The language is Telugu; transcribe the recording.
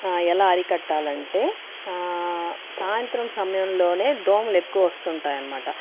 ఎలా అరికట్టాలి అంటే సాయంత్రం సమయంలోనే దోమలు ఎక్కువ వస్తుంటాయి అన్నమాట